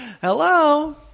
Hello